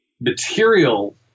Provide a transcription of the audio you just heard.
material